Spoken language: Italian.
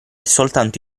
soltanto